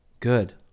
Good